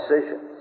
decisions